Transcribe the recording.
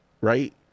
right